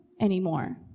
anymore